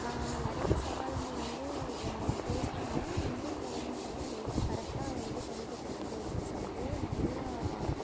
நிறைய சவால்கள் வந்து ஃபேஸ் பண்ணாலும் இந்தியன் கவர்மெண்ட் வந்து அதை எப்படி கரெக்டாக வந்து கொண்டுகிட்டு போகிறது அப்படின்னு சொல்லிட்டு நிறையா